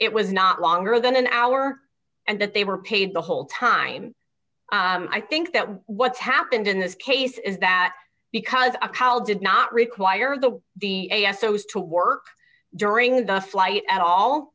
it was not longer than an hour and that they were paid the whole time i think that what's happened in this case is that because of how did not require the a s o is to work during the flight at all